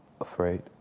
afraid